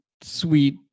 sweet